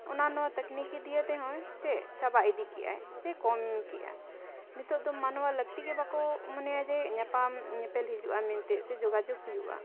ᱚᱱᱟ ᱱᱚᱣᱟ ᱛᱟᱠᱱᱤᱠᱤ ᱱᱤᱭᱮ ᱛᱮᱦᱚᱸ ᱥᱮ ᱪᱟᱵᱟ ᱤᱫᱤ ᱠᱮᱫᱟᱭ ᱥᱮ ᱠᱚᱢ ᱠᱮᱫᱼᱟ ᱱᱤᱛᱚᱜ ᱫᱚ ᱢᱟᱱᱣᱟ ᱞᱟᱹᱠᱛᱤ ᱜᱮ ᱵᱟᱠᱚ ᱢᱚᱱᱮᱭᱟ ᱡᱮ ᱧᱟᱯᱟᱢ ᱧᱮᱯᱮᱞ ᱦᱤᱡᱩᱜᱼᱟ ᱢᱮᱱᱛᱮᱫ ᱥᱮ ᱡᱳᱜᱟᱡᱳᱜᱽ ᱦᱩᱭᱩᱜᱼᱟ